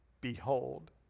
Behold